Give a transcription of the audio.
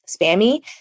spammy